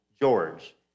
George